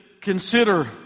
consider